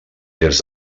des